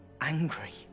angry